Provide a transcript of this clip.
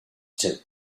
took